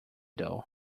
though